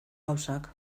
gauzak